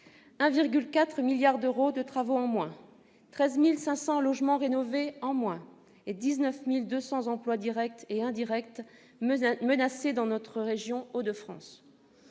1,4 milliard d'euros de travaux en moins, 13 500 logements rénovés en moins et 19 200 emplois directs et indirects menacés dans la région des Hauts-de-France.